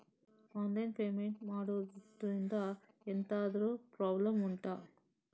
online payment ಮಾಡುದ್ರಿಂದ ಎಂತಾದ್ರೂ problem ಉಂಟಾ